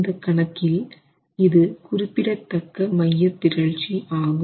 இந்த கணக்கில் இது குறிப்பிடத்தக்க மையப்பிறழ்ச்சி ஆகும்